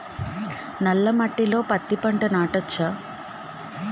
నల్ల మట్టిలో పత్తి పంట నాటచ్చా?